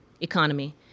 economy